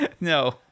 No